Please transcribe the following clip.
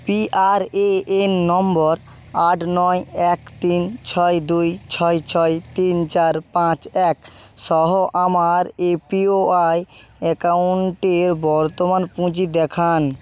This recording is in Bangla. পিআরএএন নম্বর আট নয় এক তিন ছয় দুই ছয় ছয় তিন চার পাঁচ এক সহ আমার এপিওয়াই অ্যাকাউন্টে বর্তমান পুঁজি দেখান